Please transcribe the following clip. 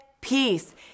Peace